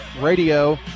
radio